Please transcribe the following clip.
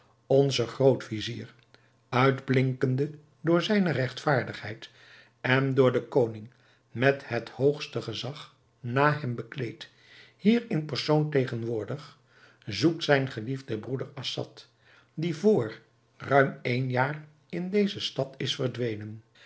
onze groot-vizier uitblinkende door zijne regtvaardigheid en door den koning met het hoogste gezag na hem bekleed hier in persoon tegenwoordig zoekt zijn geliefden broeder assad die vr ruim één jaar in deze stad is verdwenen